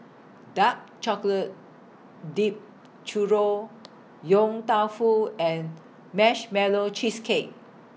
Dark Chocolate Dipped Churro Yong Tau Foo and Marshmallow Cheesecake